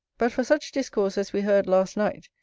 but for such discourse as we heard last night,